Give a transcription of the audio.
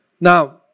Now